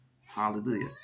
Hallelujah